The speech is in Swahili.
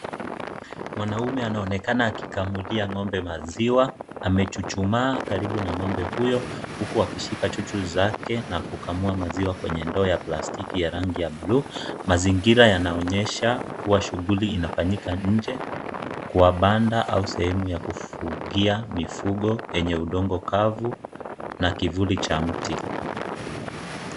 Mwanaume anaonekana akikamulia ng'ombe maziwa. Amechuchumaa karibu na ng'ombe huyo huku akishika chuchu zake na kukamua maziwa kwenye ndoo ya plastiki ya rangi ya buluu. Mazingira yanaonyesha kuwa shughuli inafanyika nje kwa banda au sehemu ya kufugia mifugo, yenye udongo kavu na kivuli cha mti.